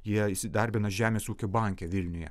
jie įsidarbina žemės ūkio banke vilniuje